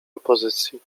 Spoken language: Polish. opozycji